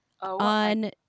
on